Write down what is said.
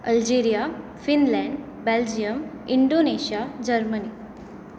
Algeria Finland Belgium Indonesia Germany